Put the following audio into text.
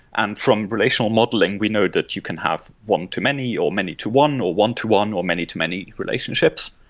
and from relational modeling we know that you can have one to many, or many to one, or one to one, or many to many relationships.